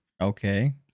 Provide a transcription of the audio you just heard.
Okay